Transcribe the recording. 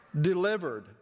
delivered